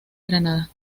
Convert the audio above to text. granada